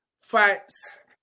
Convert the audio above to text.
fights